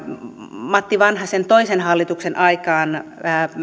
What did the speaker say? matti vanhasen toisen hallituksen aikaan